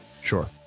Sure